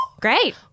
Great